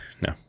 No